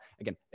Again